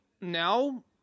now